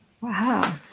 Wow